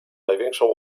największą